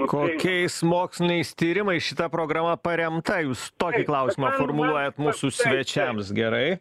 kokiais moksliniais tyrimais šita programa paremta jūs tokį klausimą formuluojat mūsų svečiams gerai